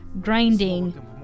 grinding